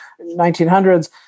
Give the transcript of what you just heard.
1900s